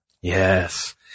Yes